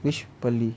which poly